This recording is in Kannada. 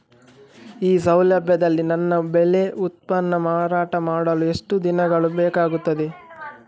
ಈ ಸೌಲಭ್ಯದಲ್ಲಿ ನನ್ನ ಬೆಳೆ ಉತ್ಪನ್ನ ಮಾರಾಟ ಮಾಡಲು ಎಷ್ಟು ದಿನಗಳು ಬೇಕಾಗುತ್ತದೆ?